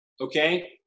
okay